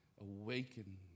awaken